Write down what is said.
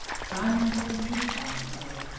simon, says e, quiet like,